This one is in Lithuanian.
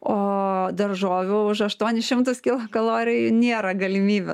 o daržovių už aštuonis šimtus kilokalorijų nėra galimybių